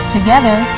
Together